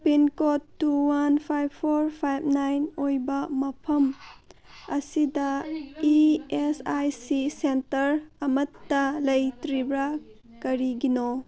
pin code two one five four five nine ꯑꯣꯏꯕ ꯃꯐꯝ ꯑꯁꯤꯗ ꯏꯤ ꯑꯦꯁ ꯑꯥꯏ ꯁꯤ ꯁꯦꯟꯇꯔꯁꯤꯡ ꯑꯃꯠꯇ ꯂꯩꯇ꯭ꯔꯤꯕ ꯀꯔꯤꯒꯤꯅꯣ